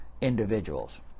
individuals